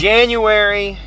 January